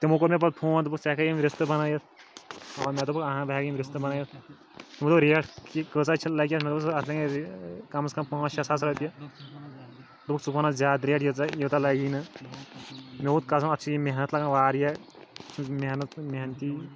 تِمَو کوٚر مےٚ پتہٕ فون دوٚپُکھ ژٕ ہیٚکہٕ ہا یِم رِستہٕ بنٲیِتھ مےٚ دوٚپُکھ اہَن بہٕ ہیکہٕ یِم رِستہٕ بنٲیِتھ تِمو دوٚپ ریٹھ کٲژاہ چھ لگہِ اَتھ مےٚ دوٚپُکھ اَتھ لگَن کم از کم پانٛژھ شےٚ ساس رۄپیہِ دوٚپُکھ ژٕ وَن حظ زیادٕ ریٹ ییٖژاہ یوٗتاہ لگی نہٕ مےٚ ووتھ کزَن اَتھ چھ یِم محنت لگان واریاہ چھ محنت محنتی